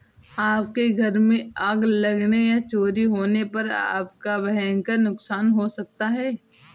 आपके घर में आग लगने या चोरी होने पर आपका भयंकर नुकसान हो सकता है